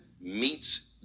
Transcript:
meets